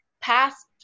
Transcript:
past